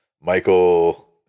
Michael